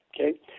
okay